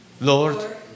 Lord